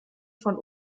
von